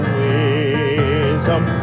wisdom